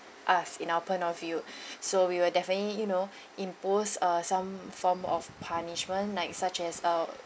us in our point of view so we will definitely you know imposed uh some form of punishment like such as uh